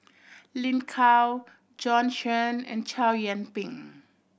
Lin Gao Bjorn Shen and Chow Yian Ping